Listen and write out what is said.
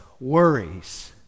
Worries